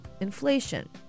inflation